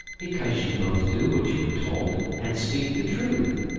because you both do what you are told and speak the truth